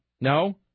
No